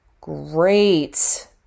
Great